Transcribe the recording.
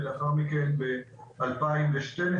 לאחר מכן, ב-2012,